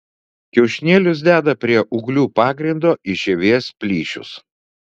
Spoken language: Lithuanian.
kiaušinėlius deda prie ūglių pagrindo į žievės plyšius